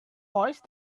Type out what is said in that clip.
voice